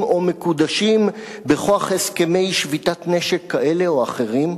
או מקודשים בכוח הסכמי שביתת נשק כאלה או אחרים,